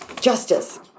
justice